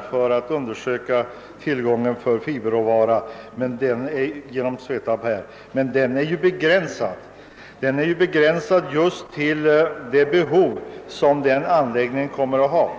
skall undersöka tillgången på fiberråvara. Denna undersökning är dock begränsad till det projekt som är planerat.